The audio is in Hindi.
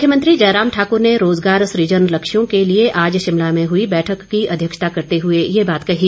मुख्यमंत्री जयराम ठाकुर ने रोजगार सृजन लक्ष्यों के लिए आज शिमला में हुई बैठक की अध्यक्षता करते हुए ये बात कही